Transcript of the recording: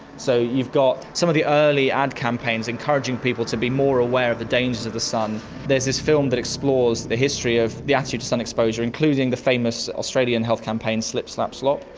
so you got some of the early ad campaigns encouraging people to be more aware of the dangers of the sun. there is this film that explores the history of the attitude to sun exposure, including the famous australian health campaign slip slop slap,